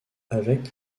avec